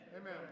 Amen